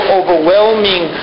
overwhelming